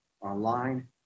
online